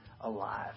alive